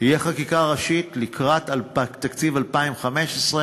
תהיה חקיקה ראשית לקראת תקציב 2015,